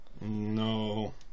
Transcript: No